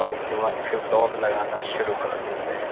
اور اس کے بعد پھر دوڑ لگانا شروع کر دیتے ہیں